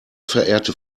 verehrte